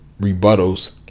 rebuttals